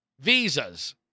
visas